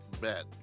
Bet